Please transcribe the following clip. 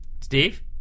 Steve